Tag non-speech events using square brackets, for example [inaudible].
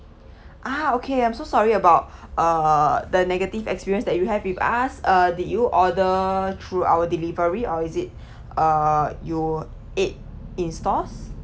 [breath] ah okay I'm so sorry about [breath] uh the negative experience that you have with us uh did you order through our delivery or is it [breath] uh you ate in stores